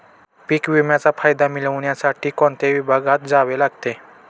पीक विम्याचा फायदा मिळविण्यासाठी कोणत्या विभागात जावे लागते?